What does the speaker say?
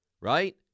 right